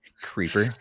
Creeper